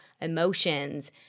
emotions